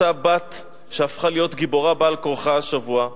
אותה בת שהפכה להיות גיבורה על-כורחה השבוע.